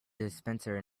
dispenser